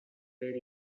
were